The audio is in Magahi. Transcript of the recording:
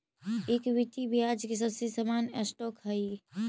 इक्विटी ब्याज के सबसे सामान्य स्टॉक हई